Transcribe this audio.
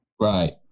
Right